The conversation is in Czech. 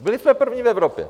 Byli jsme první v Evropě.